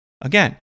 Again